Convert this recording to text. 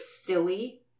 silly